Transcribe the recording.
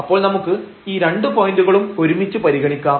അപ്പോൾ നമുക്ക് ഈ രണ്ടു പോയന്റുകളും ഒരുമിച്ച് പരിഗണിക്കാം